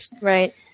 Right